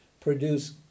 Produce